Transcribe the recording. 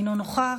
אינו נוכח,